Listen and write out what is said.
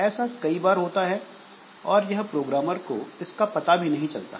ऐसा कई बार होता है और यह प्रोग्रामर को इसका पता भी नहीं चलता है